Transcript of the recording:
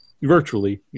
virtually